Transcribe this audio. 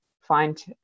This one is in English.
find